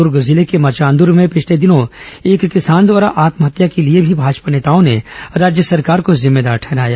दर्ग जिले के मचांदर में पिछले दिनों एक किसान द्वारा आत्महत्या के लिए भी भाजपा नेताओं ने राज्य सरकार को जिम्मेदार ठहराया